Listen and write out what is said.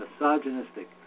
misogynistic